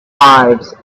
lives